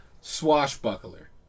swashbuckler